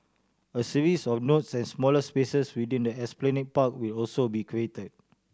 a series of nodes and smaller spaces within the Esplanade Park will also be created